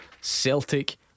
Celtic